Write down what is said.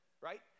right